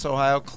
Ohio